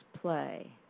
play